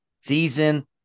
season